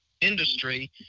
industry